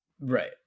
Right